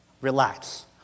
relax